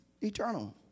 eternal